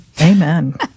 Amen